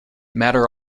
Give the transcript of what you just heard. matter